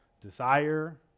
desire